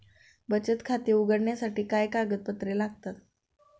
बचत खाते उघडण्यासाठी काय कागदपत्रे लागतात?